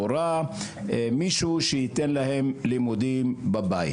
מישהו שייתן להם לימודים בבית.